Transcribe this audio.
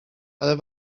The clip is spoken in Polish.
ale